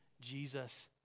Jesus